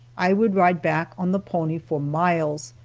i would ride back on the pony for miles,